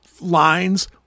lines